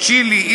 צ'ילה,